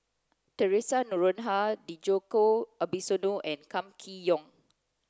Theresa Noronha Djoko Wibisono and Kam Kee Yong